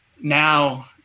now